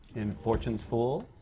in fortune's fool.